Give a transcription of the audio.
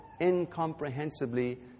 incomprehensibly